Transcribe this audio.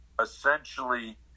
essentially